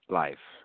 life